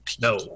No